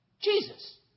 Jesus